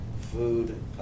food